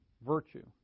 virtue